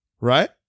right